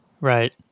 right